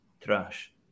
trash